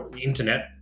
internet